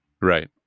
Right